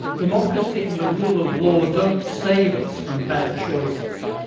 democracy and the rule of law don't save us from bad choices.